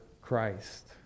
christ